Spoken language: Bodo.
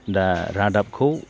दा रादाबखौ